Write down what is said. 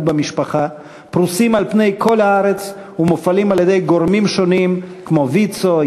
במשפחה פרוסים על פני כל הארץ ומופעלים על-ידי גורמים שונים כמו ויצו,